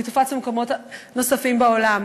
וזה תפס במקומות נוספים בעולם.